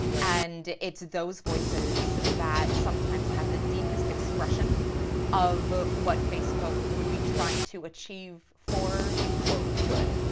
and it's those voices that sometimes have the deepest expression of what facebook would be trying to achieve for, quote, good.